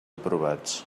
aprovats